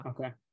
Okay